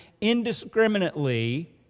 indiscriminately